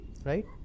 right